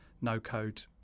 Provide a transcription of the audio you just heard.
no-code